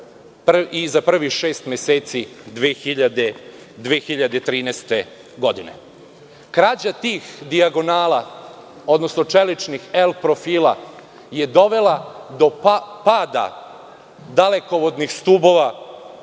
i za prvih šest meseci 2013. godine. Krađa tih dijagonala, odnosno čeličnih L profila je dovela do pada dalekovodnih stubova